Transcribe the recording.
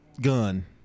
Gun